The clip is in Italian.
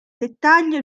dettaglio